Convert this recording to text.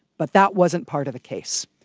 but that wasn't part of the case.